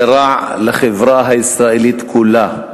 זה רע לחברה הישראלית כולה,